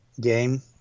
game